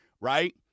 right